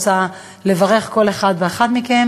אני רוצה לברך כל אחד מכם.